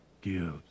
gives